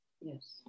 Yes